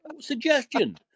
suggestion